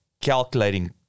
calculating